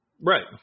Right